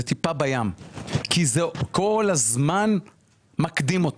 זאת טיפה בים כי זה כל הזמן מקדים אותנו.